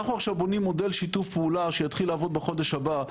אנחנו עכשיו בונים מודל שיתוף פעולה שיתחיל לעבוד בחודש הבא,